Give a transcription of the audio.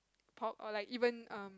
pop or like even a